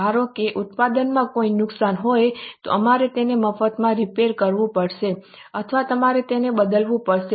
ધારો કે ઉત્પાદનમાં કોઈ નુકસાન હોય તો અમારે તેને મફતમાં રિપેર કરવું પડશે અથવા તમારે તેને બદલવું પડશે